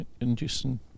inducing